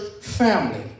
family